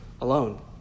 alone